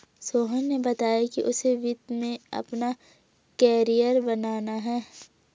सोहन ने बताया कि उसे वित्त में अपना कैरियर बनाना है